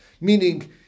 Meaning